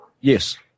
Yes